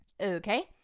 Okay